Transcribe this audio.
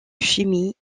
chimie